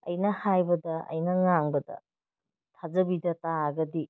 ꯑꯩꯅ ꯍꯥꯏꯕꯗ ꯑꯩꯅ ꯉꯥꯡꯕꯗ ꯊꯥꯖꯕꯤꯗ ꯇꯥꯔꯒꯗꯤ